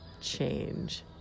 change